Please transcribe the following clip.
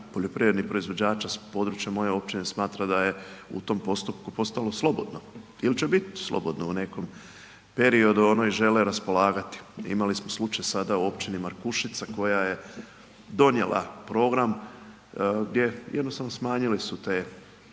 poljoprivrednih proizvođača s područja moje općine smatra da je u tom postupku postalo slobodno ili će biti slobodno u nekom periodu, ono žele raspolagati. Imali smo slučaj sada u općini Markušica koja je donijela program gdje jednostavno smanjili su te